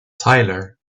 tyler